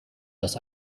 das